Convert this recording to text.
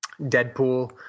Deadpool